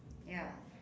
ya